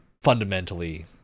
fundamentally